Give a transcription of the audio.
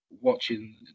watching